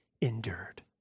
endured